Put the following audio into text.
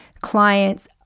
clients